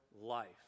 life